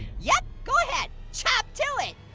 yup, go ahead. chop to it.